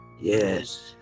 Yes